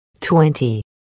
Twenty